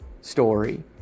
story